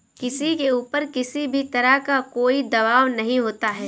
किसी के ऊपर किसी भी तरह का कोई दवाब नहीं होता है